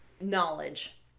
knowledge